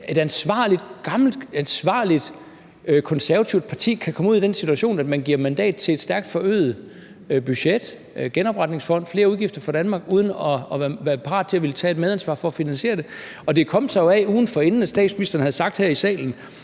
et ansvarligt, gammelt konservativt parti, der er kommet ud i den situation, at man giver mandat til et stærkt forøgede budget, en genopretningsfond og flere udgifter for Danmark uden at være parat til at ville tage et medansvar for at finansiere det. Det kom sig jo af, at statsministeren ugen forinden havde sagt her i salen: